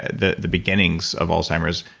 at the the beginnings of alzheimer's,